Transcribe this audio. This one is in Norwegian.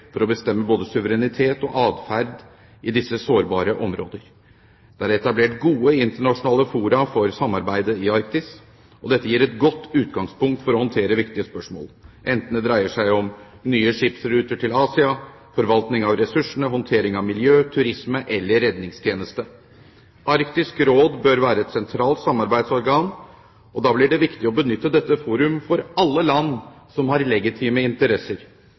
for å bestemme både suverenitet og atferd i disse sårbare områder. Det er etablert gode internasjonale fora for samarbeidet i Arktis. Dette gir et godt utgangspunkt for å håndtere viktige spørsmål, enten det dreier seg om nye skipsruter til Asia, forvaltning av ressursene, håndtering av miljø, turisme eller redningstjeneste. Arktisk Råd bør være et sentralt samarbeidsorgan, og da blir det viktig å benytte dette forum for alle land som har legitime interesser